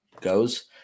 goes